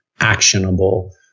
actionable